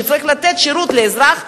שצריך לתת שירות לאזרח,